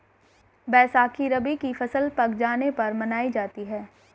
बैसाखी रबी की फ़सल पक जाने पर मनायी जाती है